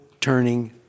turning